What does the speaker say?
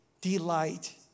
delight